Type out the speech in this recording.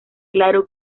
claro